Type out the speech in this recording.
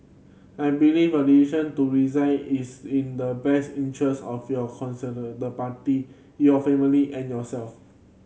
I believe your decision to resign is in the best interest of your the Party your family and yourself